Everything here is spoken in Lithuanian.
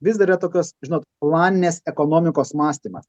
vis dar yra tokios žinot planinės ekonomikos mąstymas